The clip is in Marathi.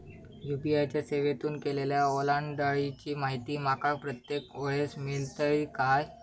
यू.पी.आय च्या सेवेतून केलेल्या ओलांडाळीची माहिती माका प्रत्येक वेळेस मेलतळी काय?